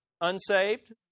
unsaved